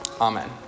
Amen